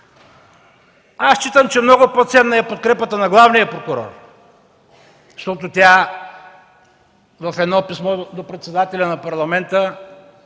Аз считам, че много по-ценна е подкрепата на главния прокурор, защото тя, в едно писмо до председателя на Парламента,